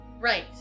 Right